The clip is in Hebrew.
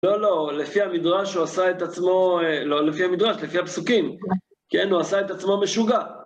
לא, לפי המדרש הוא עשה את עצמו, לא, לפי המדרש, לפי הפסוקים, כן, הוא עשה את עצמו משוגע.